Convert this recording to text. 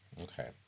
Okay